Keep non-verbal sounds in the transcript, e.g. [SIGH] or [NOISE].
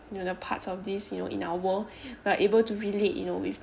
you know the parts of this you know in our world [BREATH] we are able to relate you know with